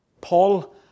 Paul